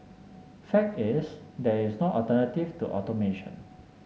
fact is there is no alternative to automation